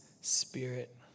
spirit